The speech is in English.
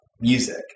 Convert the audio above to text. music